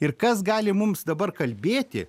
ir kas gali mums dabar kalbėti